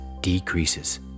decreases